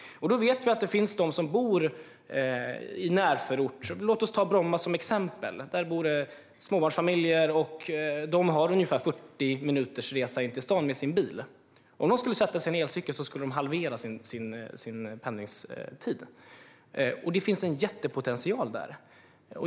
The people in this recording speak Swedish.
Vi vet att det finns de som bor i närförort - låt oss ta Bromma som exempel där det bor många småbarnsfamiljer - och har ungefär 40 minuters resa in till stan med sin bil. Om de skulle sätta sig på en elcykel skulle de halvera sin pendlingstid. Det finns en jättepotential där.